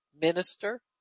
minister